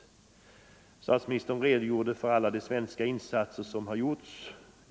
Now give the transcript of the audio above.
läget i Statsministern redogjorde för alla de svenska insatser som gjorts.